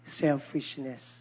selfishness